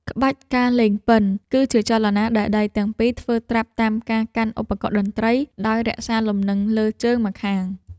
ក្បាច់ ការលេងពិណ គឺជាចលនាដែលដៃទាំងពីរធ្វើត្រាប់តាមការកាន់ឧបករណ៍តន្ត្រី ដោយរក្សាលំនឹងលើជើងម្ខាង។